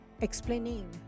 explaining